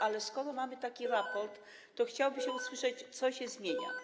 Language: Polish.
Ale skoro mamy taki raport, to chciałoby się usłyszeć, co się zmienia.